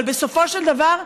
אבל בסופו של דבר,